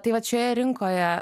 tai vat šioje rinkoje